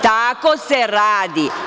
Tako se radi.